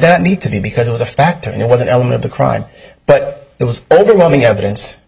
that need to be because it was a factor and it was an element of the crime but it was overwhelming evidence